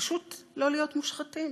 פשוט לא להיות מושחתים.